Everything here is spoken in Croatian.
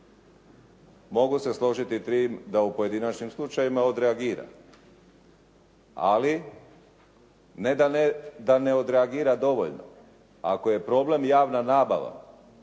Mogu se složiti tim da u pojedinačnim slučajevima odreagira. Ali ne da ne odreagira dovoljno. Ako je problem javna nabava,